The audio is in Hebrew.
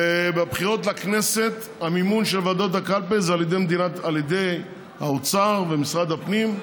בבחירות לכנסת המימון של ועדות הקלפי זה על ידי האוצר ומשרד הפנים,